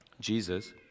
Jesus